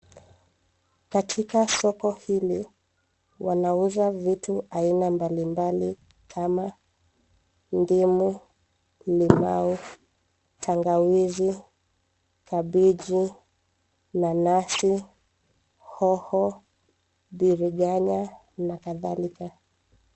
Katika soko hili wanauza vitu aina mbalimbali kama ndimu, limau, tangawizi, kabichi, nanasi, hoho, biringanya na kadhalika.